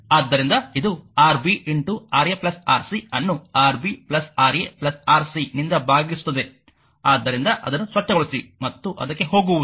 ಆದ್ದರಿಂದ ಇದು Rb Ra Rc ಅನ್ನು Rb Ra Rc ನಿಂದ ಭಾಗಿಸುತ್ತದೆ ಆದ್ದರಿಂದ ಅದನ್ನು ಸ್ವಚ್ಛಗೊಳಿಸಿ ಮತ್ತು ಅದಕ್ಕೆ ಹೋಗುವುದು